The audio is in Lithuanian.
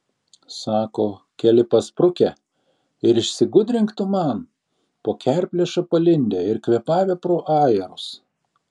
sako keli pasprukę ir išsigudrink tu man po kerplėša palindę ir kvėpavę pro ajerus